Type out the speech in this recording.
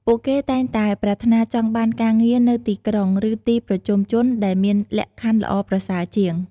ពួកគេតែងតែប្រាថ្នាចង់បានការងារនៅទីក្រុង ឬទីប្រជុំជនដែលមានលក្ខខណ្ឌល្អប្រសើរជាង។